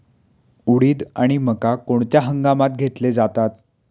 उडीद आणि मका कोणत्या हंगामात घेतले जातात?